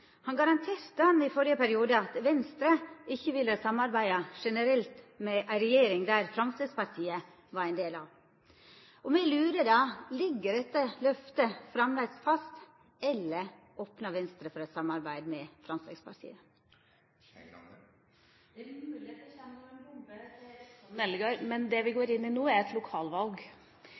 garanterte i førre periode at Venstre generelt ikkje ville samarbeida med ei regjering som Framstegspartiet var del av. Me lurer då på: Ligg det løftet framleis fast, eller opnar Venstre for eit samarbeid med Framstegspartiet? Det er mulig at det kommer som en bombe på representanten Eldegard, men det vi går inn i nå, er